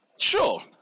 Sure